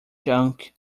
junk